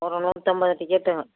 ஒரு நூற்றம்பது டிக்கெட்டு